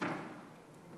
בבקשה.